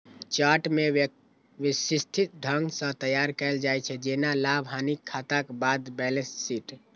chart कें व्यवस्थित ढंग सं तैयार कैल जाइ छै, जेना लाभ, हानिक खाताक बाद बैलेंस शीट